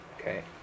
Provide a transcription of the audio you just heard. Okay